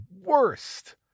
worst